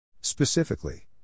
Specifically